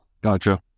Gotcha